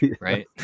right